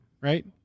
right